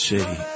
City